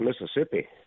Mississippi